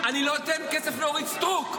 אני לא אתן כסף לאורית סטרוק.